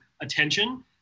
attention